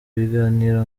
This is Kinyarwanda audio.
biganiro